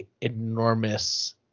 enormous—